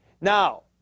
Now